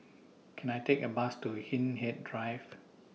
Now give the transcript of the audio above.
Can I Take A Bus to Hindhede Drive